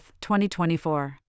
2024